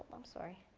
i'm sorry,